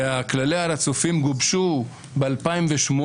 כללי הר הצופים גובשו ב-2008,